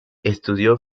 estudió